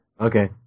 Okay